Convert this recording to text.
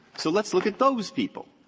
so let's look at those people.